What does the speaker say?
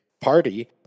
Party